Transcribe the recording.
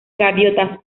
gaviotas